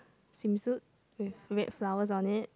swimsuit with red flowers on it